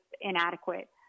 inadequate